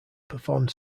performed